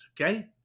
Okay